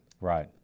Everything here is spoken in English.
Right